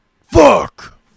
Fuck